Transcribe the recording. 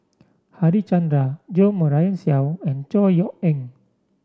Harichandra Jo Marion Seow and Chor Yeok Eng